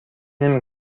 نمی